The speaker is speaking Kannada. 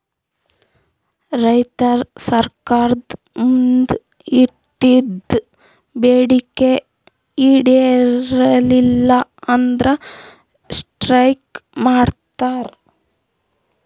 ರೈತರ್ ಸರ್ಕಾರ್ದ್ ಮುಂದ್ ಇಟ್ಟಿದ್ದ್ ಬೇಡಿಕೆ ಈಡೇರಲಿಲ್ಲ ಅಂದ್ರ ಸ್ಟ್ರೈಕ್ ಮಾಡ್ತಾರ್